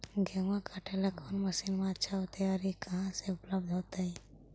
गेहुआ काटेला कौन मशीनमा अच्छा होतई और ई कहा से उपल्ब्ध होतई?